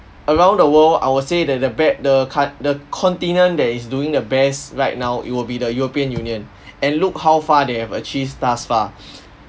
around the world I will say that the be~ the cut the continent that is doing the best right now it will be the european union and look how far they have achieved thus far